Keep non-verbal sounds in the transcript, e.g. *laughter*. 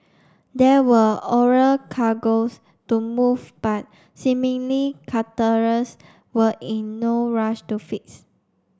there were oral cargoes to move but seemingly *unintelligible* were in no rush to fix